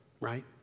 right